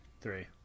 Three